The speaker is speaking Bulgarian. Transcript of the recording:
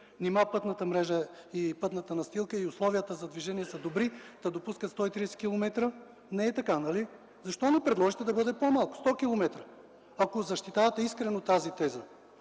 Нима пътната мрежа, пътната настилка и условията за движение са толкова добри, та допускат движение 130 км/час?! Не е така, нали? Защо не предложите да бъде примерно 100 км, ако защитавате искрено тази теза?